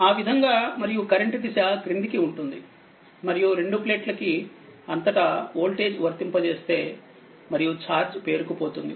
ఆ విధంగా మరియు కరెంట్ దిశ క్రిందికి ఉంటుంది మరియు రెండు ప్లేట్ల కి అంతటా వోల్టేజ్ వర్తింపజేస్తే మరియు ఛార్జ్ పేరుకుపోతుంది